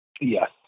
Yes